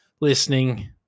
listening